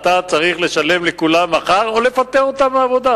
אתה צריך לשלם לכולם מחר או לפטר אותם מהעבודה,